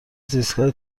زیستگاه